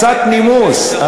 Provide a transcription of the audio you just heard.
קצת נימוס,